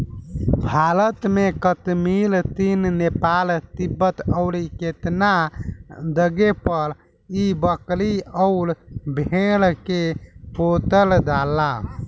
भारत में कश्मीर, चीन, नेपाल, तिब्बत अउरु केतना जगे पर इ बकरी अउर भेड़ के पोसल जाला